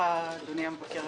מבקר המדינה,